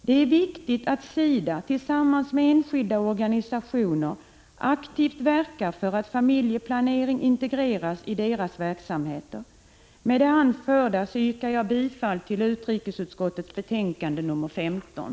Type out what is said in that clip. Det är viktigt att SIDA tillsammans med enskilda organisationer aktivt verkar för att familjeplanering integreras i deras verksamheter. Med det anförda yrkar jag bifall till hemställan i utrikesutskottets betänkande nr 15.